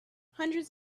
hundreds